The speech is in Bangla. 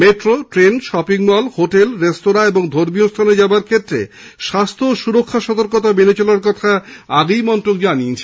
metro shopping mall hotel restaurant এবং ধর্মীয় স্হানে যাওয়ার ক্ষেত্রে স্বাস্হ্য ও সুরক্ষা সতর্কতা মেনে চলার কথা আগেই মন্ত্রক জানিয়েছে